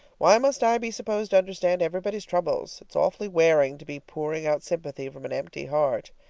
why must i be supposed to understand everybody's troubles? it's awfully wearing to be pouring out sympathy from an empty heart.